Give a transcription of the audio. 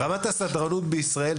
רמת הסדרנות בישראל,